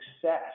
success